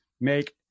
make